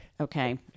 okay